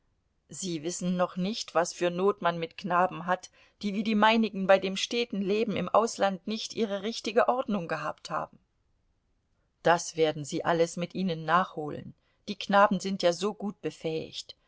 sie wissen noch nicht was für not man mit knaben hat die wie die meinigen bei dem steten leben im ausland nicht ihre richtige ordnung gehabt haben das werden sie alles mit ihnen nachholen die knaben sind ja so gut befähigt